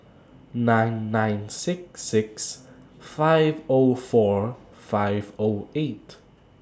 nine nine six six five O four five O eight